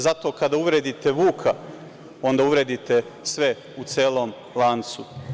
Zato, kada uvredite Vuka, onda uvredite sve u celom lancu.